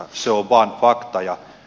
se on vain fakta